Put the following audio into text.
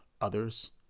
others